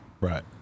Right